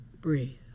breathe